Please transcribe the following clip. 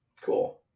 Cool